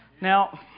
Now